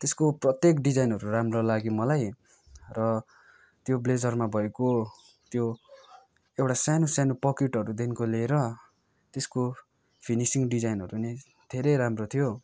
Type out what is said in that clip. त्यसको प्रत्येक डिजाइनहरू राम्रो लाग्यो मलाई र त्यो ब्लेजरमा भएको त्यो एउटा सानो सानो पकेटहरूदेखिको लिएर त्यसको फिनिसिङ डिजाइनहरू नि धेरै राम्रो थियो